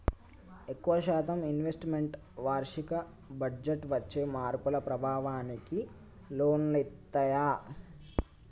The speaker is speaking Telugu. ఎక్కువ శాతం ఇన్వెస్ట్ మెంట్స్ వార్షిక బడ్జెట్టు వచ్చే మార్పుల ప్రభావానికి లోనయితయ్యి